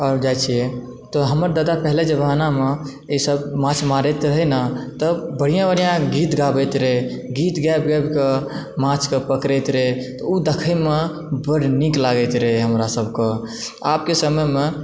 आओर जाइत छियै तऽ हमर ददा पहिले जमानामे ईसभ माछ मारैत रहैत नऽ तब बढ़िआँ बढ़िआँ गीत गाबैत रहै गीत गाबि गाबिके माछके पकड़ैत रहय तऽ ओ दखयमे बड्ड नीक लागैत रहै हमरा सभक आबके समयमे